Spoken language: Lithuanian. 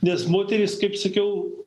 nes moterys kaip sakiau